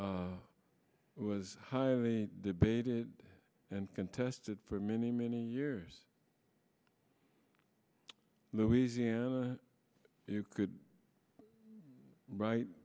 was highly debated and contested for many many years louisiana you could write